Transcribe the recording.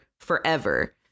forever